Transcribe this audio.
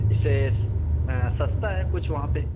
اس سے سستا ہے کچھ وہاں پہ